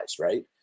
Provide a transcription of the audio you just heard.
right